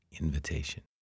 invitation